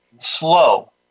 slow